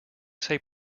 say